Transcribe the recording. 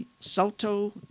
salto